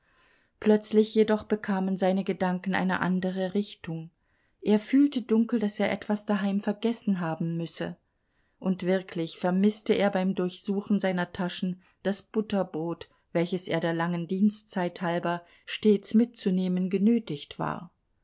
plötzlich jedoch bekamen seine gedanken eine andere richtung er fühlte dunkel daß er etwas daheim vergessen haben müsse und wirklich vermißte er beim durchsuchen seiner taschen das butterbrot welches er der langen dienstzeit halber stets mitzunehmen genötigt war